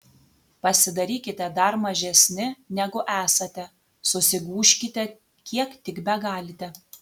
pasidarykite dar mažesni negu esate susigūžkite kiek tik begalite